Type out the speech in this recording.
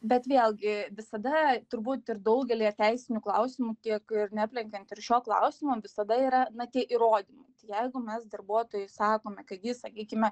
bet vėlgi visada turbūt ir daugelyje teisinių klausimų tiek ir neaplenkiant ir šio klausimo visada yra na tie įrodymai jeigu mes darbuotojui sakome kad jis sakykime